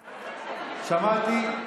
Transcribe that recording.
שמעתי.